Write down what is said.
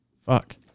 Fuck